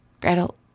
Gretel